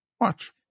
watch